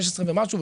16 ומשהו,